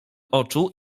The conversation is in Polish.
oczu